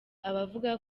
abavuga